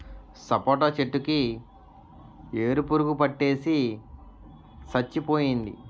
సపోటా చెట్టు కి ఏరు పురుగు పట్టేసి సచ్చిపోయింది